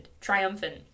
triumphant